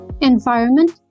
Environment